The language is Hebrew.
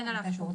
אין עליו חובה.